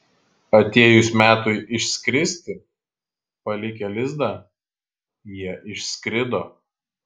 atėjus metui išskristi palikę lizdą jie išskrido